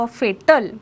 fatal